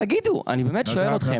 תגידו, אני באמת שואל אתכם